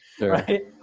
right